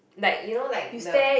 like you know like the